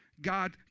God